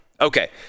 okay